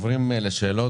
ליוויתי מכמה זוויות.